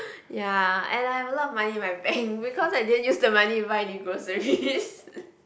ya and I have a lot of money in my bank because I didn't use the money to buy any groceries